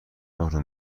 راهرو